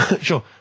Sure